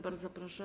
Bardzo proszę.